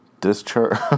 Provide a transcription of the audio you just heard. Discharge